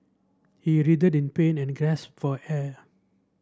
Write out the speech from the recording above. he writhed in pain and gasped for air